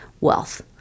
wealth